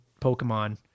Pokemon